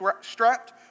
strapped